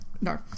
No